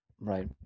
right